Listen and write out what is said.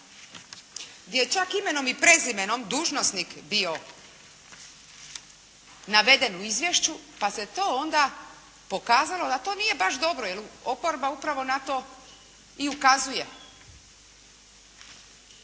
gdje je čak imenom i prezimenom dužnosnik bio naveden u izvješću, pa se to onda pokazalo da to baš nije dobro, jer oporba upravo na to i ukazuje,